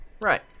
Right